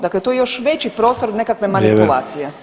Dakle, tu je još veći prostor nekakve manipulacije.